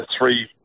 three